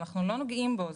אנחנו לא נוגעים בו,